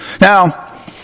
Now